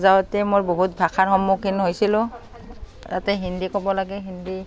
যাওঁতে মোৰ বহুত ভাষাৰ সন্মুখীন হৈছিলোঁ তাতে হিন্দী ক'ব লাগে হিন্দী